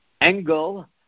angle